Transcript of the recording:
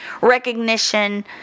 recognition